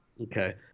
Okay